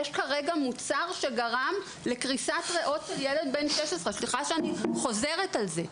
יש כרגע מוצר שגרם לקריסת ריאות של ילד בן 16. סליחה שאני חוזרת על זה.